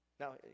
Now